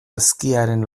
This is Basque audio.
ezkiaren